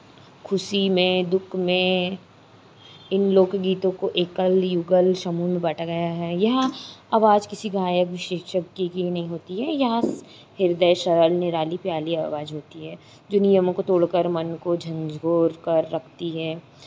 खुशी में दुःख में इन लोकगीतों को एकल युगल समूह में बाँटा गया है यहाँ आवाज किसी गायक विशेषज्ञ की नहीं होती है यहाँ हृदय सरल निराली प्यारी आवाज होती है जो नियमों को तोड़कर मन को झँझोर कर रखती है